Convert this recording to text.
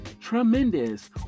tremendous